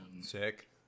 sick